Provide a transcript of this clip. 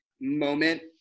moment